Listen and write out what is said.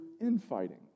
infighting